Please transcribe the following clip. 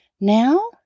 Now